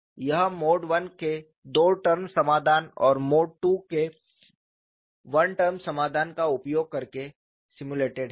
यह mode I के दो टर्म समाधान और मोड II के 1 टर्म समाधान का उपयोग करके सिम्युलेटेड है